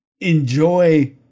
enjoy